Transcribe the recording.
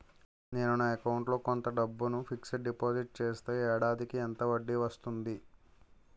నేను నా అకౌంట్ లో కొంత డబ్బును ఫిక్సడ్ డెపోసిట్ చేస్తే ఏడాదికి ఎంత వడ్డీ వస్తుంది?